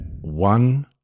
one